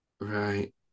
Right